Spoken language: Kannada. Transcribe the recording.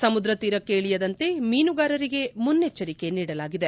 ಸಮುದ್ರ ತೀರಕ್ಷೆ ಇಳಿಯದಂತೆ ಮೀನುಗಾರರಿಗೆ ಮುನ್ನೆಚ್ಚರಿಕೆ ನೀಡಲಾಗಿದೆ